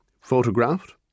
photographed